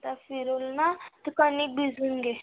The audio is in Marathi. तर फिरून ना तू कणिक भिजवून घे